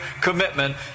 commitment